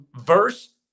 verse